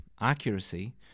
accuracy